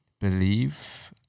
believe